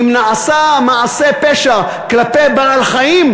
אם נעשה מעשה פשע כלפי בעל-חיים,